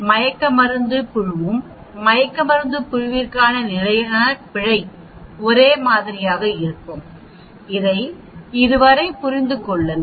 மயக்க மருந்து குழுவும் மயக்க மருந்து குழுவிற்கு நிலையான பிழை ஒரே மாதிரியாக இருக்கும் இதை இதுவரை புரிந்து கொள்ளுங்கள்